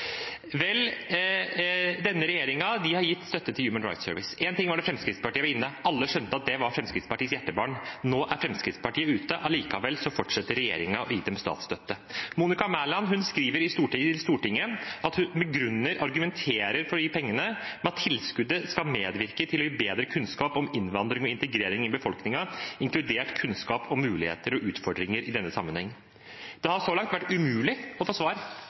Denne regjeringen har gitt støtte til Human Rights Service. En ting var da Fremskrittspartiet var inne. Alle skjønte at det var Fremskrittspartiets hjertebarn. Nå er Fremskrittspartiet ute, og allikevel fortsetter regjeringen å gi dem statsstøtte. Monica Mæland skriver til Stortinget at hun begrunner og argumenterer for de pengene med at tilskuddet skal medvirke til å gi bedre kunnskap om innvandring og integrering i befolkningen, inkludert kunnskap om muligheter og utfordringer i denne sammenheng. Det har så langt vært umulig å få